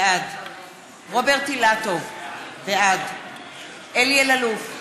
בעד רוברט אילטוב, בעד אלי אלאלוף,